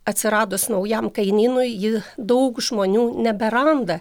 atsiradus naujam kainynui ji daug žmonių neberanda